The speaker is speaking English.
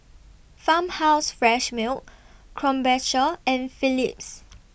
Farmhouse Fresh Milk Krombacher and Philips